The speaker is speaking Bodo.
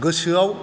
गोसोआव